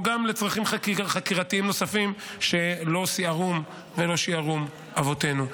או גם לצרכים חקירתיים נוספים שלא שְׂעָרוּם ולא שיערום אבותינו.